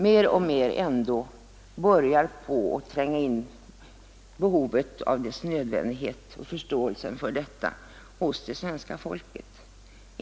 Mer och mer börjar förståelsen för nödvändigheten av detta beslut att tränga in hos det svenska folket.